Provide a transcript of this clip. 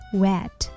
wet